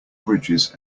bridges